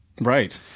Right